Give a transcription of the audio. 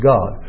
God